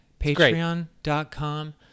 patreon.com